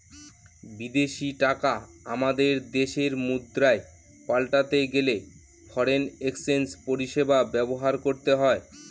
বিদেশী টাকা আমাদের দেশের মুদ্রায় পাল্টাতে গেলে ফরেন এক্সচেঞ্জ পরিষেবা ব্যবহার করতে হয়